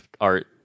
art